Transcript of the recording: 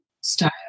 Style